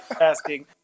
asking